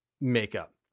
makeup